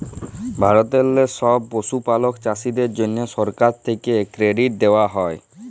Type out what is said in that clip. ভারতেললে ছব পশুপালক চাষীদের জ্যনহে সরকার থ্যাকে কেরডিট দেওয়া হ্যয়